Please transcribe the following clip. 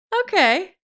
Okay